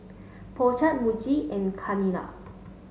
Po Chai Muji and Chanira